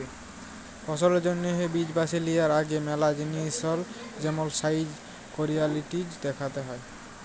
ফসলের জ্যনহে বীজ বাছে লিয়ার আগে ম্যালা জিলিস যেমল সাইজ, কোয়ালিটিজ দ্যাখতে হ্যয়